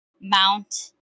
mount